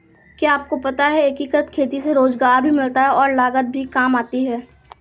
क्या आपको पता है एकीकृत खेती से रोजगार भी मिलता है और लागत काम आती है?